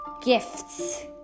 gifts